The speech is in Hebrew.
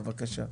בבקשה.